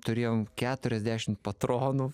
turėjom keturiasdešim patronų